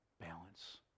balance